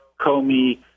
Comey